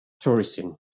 tourism